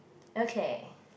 okay